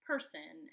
person